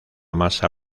masa